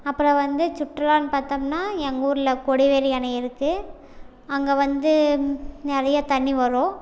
அப்புறம் வந்து சுற்றுலான்னு பார்த்தம்னா எங்கூரில் கொடிவேரி அணை இருக்குது அங்கே வந்து நிறைய தண்ணி வரும்